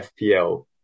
FPL